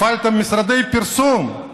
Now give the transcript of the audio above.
הפעלת משרדי פרסום.